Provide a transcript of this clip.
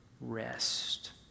rest